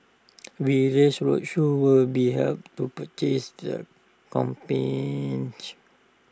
various roadshows will be held to their campaign